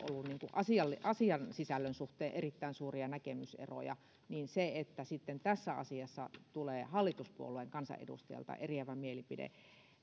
on ollut asiasisällön suhteen erittäin suuria näkemyseroja niin se että sitten tässä asiassa tulee hallituspuolueen kansanedustajalta eriävä mielipide